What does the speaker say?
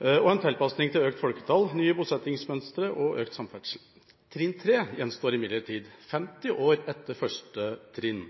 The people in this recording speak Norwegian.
og en tilpasning til økt folketall, nye bosettingsmønstre og økt samferdsel. Trinn 3 gjenstår imidlertid – 50 år etter første trinn.